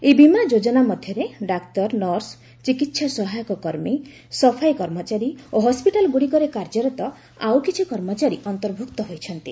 ଏହି ବୀମା ଯୋଜନା ମଧ୍ୟରେ ଡାକ୍ତର ନର୍ସ ଚିକିତ୍ସା ସହାୟକ କର୍ମୀ ସଫାଇ କର୍ମଚାରୀ ଓ ହସ୍କିଟାଲ ଗୁଡ଼ିକରେ କାର୍ଯ୍ୟରତ ଆଉ କିଛି କର୍ମଚାରୀ ଅନ୍ତର୍ଭୁକ୍ତ ହୋଇଛନ୍ତି